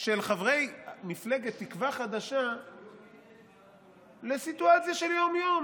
של חברי מפלגת תקווה חדשה לסיטואציה של יום-יום.